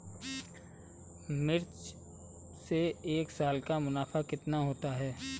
मिर्च से एक साल का मुनाफा कितना होता है?